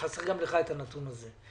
וחסר גם לך את הנתון הזה.